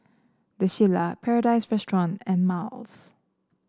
The Shilla Paradise Restaurant and Miles